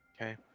Okay